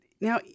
Now